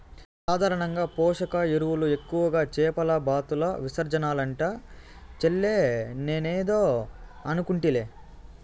సాధారణంగా పోషక ఎరువులు ఎక్కువగా చేపల బాతుల విసర్జనలంట చెల్లే నేనేదో అనుకుంటిలే